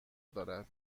دارد